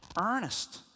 earnest